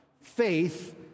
Faith